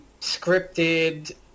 scripted